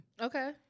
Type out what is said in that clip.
Okay